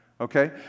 Okay